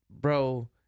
bro